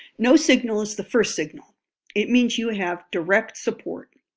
no signal is the first signal it means you have direct support.